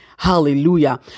Hallelujah